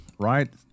Right